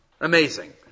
Amazing